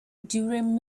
during